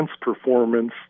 performance